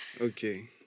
Okay